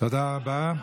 תודה רבה.